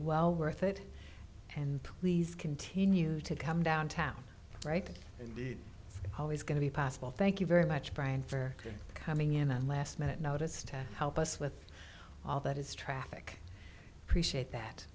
well worth it and please continue to come downtown right and be always going to be possible thank you very much brian for coming in on last minute notice to help us with all that is traffic appreciate that